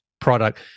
product